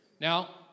Now